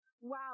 wow